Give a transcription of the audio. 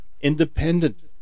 independent